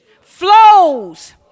flows